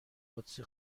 قدسی